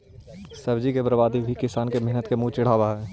सब्जी के बर्बादी भी किसान के मेहनत के मुँह चिढ़ावऽ हइ